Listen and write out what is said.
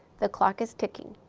the clock is ticking.